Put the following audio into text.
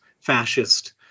fascist